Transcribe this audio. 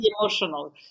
emotional